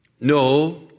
No